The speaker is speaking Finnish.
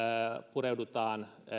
pureudutaan